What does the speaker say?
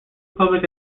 public